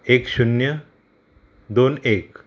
एक शुन्य दोन एक